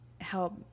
help